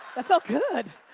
that felt good.